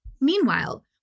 Meanwhile